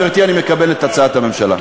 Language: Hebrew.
גברתי, אני מקבל את הצעת הממשלה.